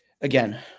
again